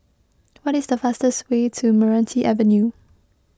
what is the fastest way to Meranti Avenue